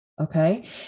Okay